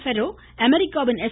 ferro அமெரிக்காவின் S